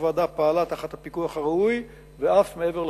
הוועדה פעלה תחת הפיקוח הראוי ואף מעבר לכך.